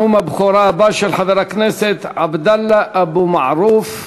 נאום הבכורה הבא, של חבר הכנסת עבדאללה אבו מערוף.